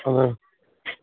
ꯑꯉꯥꯡ